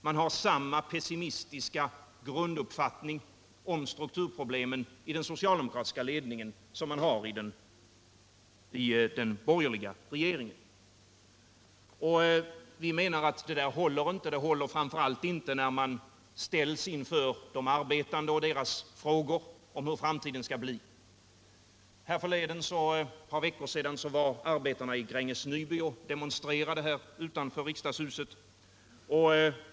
Man har samma pessimistiska grunduppfattning om strukturproblemen i den socialdemokratiska ledningen som man har i den borgerliga regeringen. Vi menar att detta håller inte. Det håller framför allt inte när man ställs inför de arbetande och deras frågor om hur framtiden skall bli. För ett par veckor sedan demonstrerade arbetarna i Gränges Nyby utanför riksdagshuset.